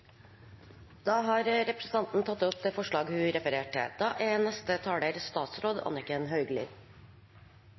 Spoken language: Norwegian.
Representanten Solfrid Lerbrekk har tatt opp det forslaget hun refererte til.